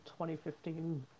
2015